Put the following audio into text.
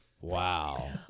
Wow